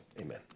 Amen